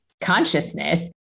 consciousness